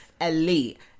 elite